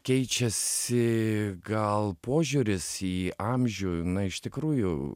keičiasi gal požiūris į amžių na iš tikrųjų